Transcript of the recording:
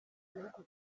igihugu